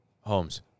Holmes